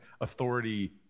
authority